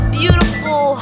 beautiful